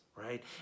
right